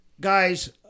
Guys